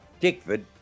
Dickford